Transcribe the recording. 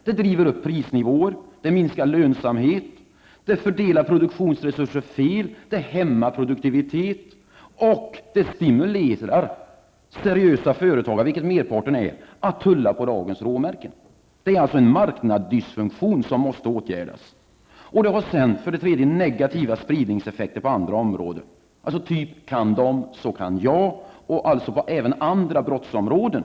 Den driver upp prisnivåer, den minskar lönsamhet, den fördelar produktionsresurser fel, den hämmar produktivitet och den stimulerar seriösa företagare -- vilket merparten är -- att tulla på lagens råmärken. Det är alltså en marknadsdysfunktion som måste åtgärdas. Vidare har vi negativa spridningseffekter på andra områden: Kan de, så kan jag. Detta sprider sig också till andra brottsområden.